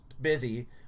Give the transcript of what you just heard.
busy